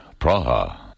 Praha